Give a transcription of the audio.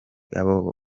abo